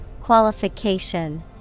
Qualification